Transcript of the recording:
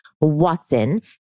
Watson